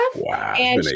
Wow